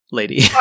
lady